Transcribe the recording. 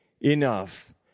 enough